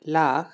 lakh